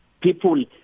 people